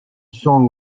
song